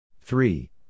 three